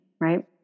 right